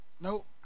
nope